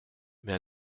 mais